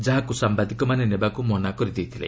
ଯାହାକୃ ସାମ୍ଭାଦିକମାନେ ନେବାକୁ ମନା କରିଦେଇଥିଲେ